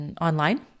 online